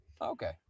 Okay